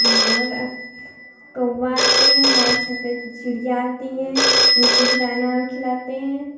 मोर अब कौआ आते हैं हमारे छतों पे चिड़ियाँ आती हैं उनको भी दाना हम खिलाते हैं